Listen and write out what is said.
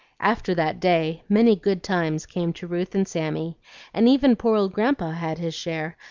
after that day many good times came to ruth and sammy and even poor old grandpa had his share,